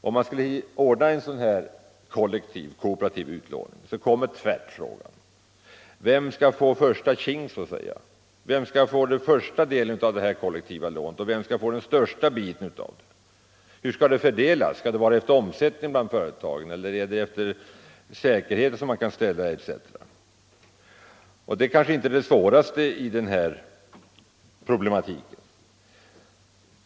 Om man skulle ordna en sådan här kooperativ upplåning skulle tvärt frågan komma: Vem skall få första ”tjing”, vem skall få den första delen av heter till upplåning utomlands för mindre och medelstora företag det kollektiva lånet och vem skall få den största biten av det? Och hur skall det fördelas mellan företagen? Skall det vara efter omsättning eller efter de säkerheter de kan ställa, etc.? Men detta är kanske inte det svåraste i den här problematiken.